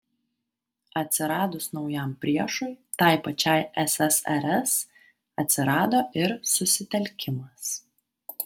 atsiradus naujam priešui tai pačiai ssrs atsirado ir susitelkimas